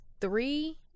three